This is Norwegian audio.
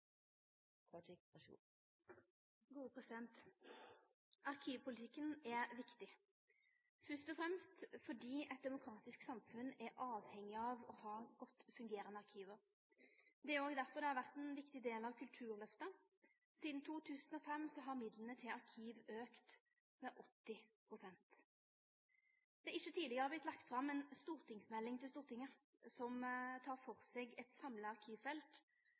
viktig – først og fremst fordi eit demokratisk samfunn er avhengig av å ha godt fungerande arkiv. Det er òg derfor det har vore ein viktig del av Kulturløftet. Sidan 2005 har midla til arkiv auka med 80 pst. Det har ikkje tidlegare vorte lagt fram ei stortingsmelding til Stortinget som tar for seg eit samla